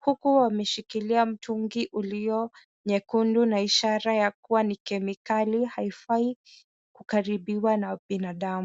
huku wameshikilia mtungi ulio nyekundu na ishara ya kuwa ni kemikali haifai kukaribiwa na binadamu.